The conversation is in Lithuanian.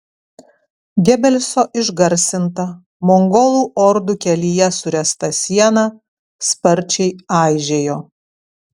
gebelso išgarsinta mongolų ordų kelyje suręsta siena sparčiai aižėjo